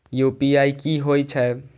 UPI की होई छै?